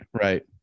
Right